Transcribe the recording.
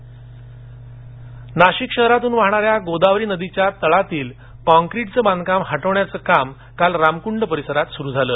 नाशिक नाशिक शहरातून वाहणाऱ्या गोदावरी नदीच्या तळातील काँक्रीटचं बांधकाम हटवण्याचं काम काल रामकंड परिसरात सुरू झाल